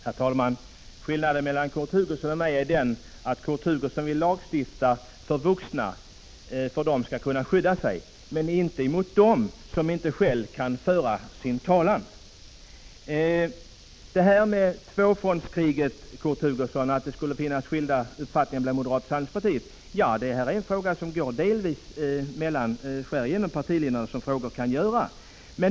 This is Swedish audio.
Herr talman! Skillnaden mellan Kurt Hugosson och mig är den att Kurt Hugosson vill lagstifta för vuxna, för att de skall kunna skydda sig, men inte för dem som inte själva kan föra sin talan. Kurt Hugosson talade om tvåfrontskrig och att det skulle finnas skilda uppfattningar inom moderaterna. Det här är en fråga där åsikterna delvis skär över partilinjerna, som de ibland kan göra.